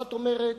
האחת אומרת: